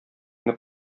нык